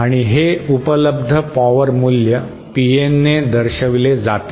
आणि हे उपलब्ध पॉवर मूल्य PN ने दर्शवले जाते